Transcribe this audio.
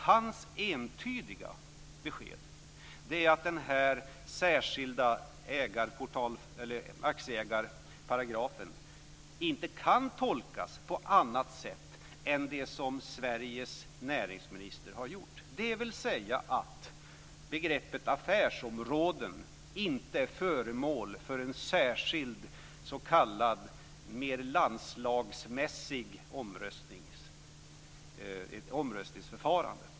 Hans entydiga besked är att den särskilda aktieägarparagrafen inte kan tolkas på annat sätt än det som Sveriges näringsminister har gjort, dvs. att begreppet affärsområde inte är föremål för ett särskilt s.k. mer landslagsmässigt omröstningsförfarande.